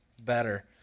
better